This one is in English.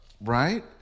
Right